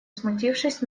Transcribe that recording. смутившись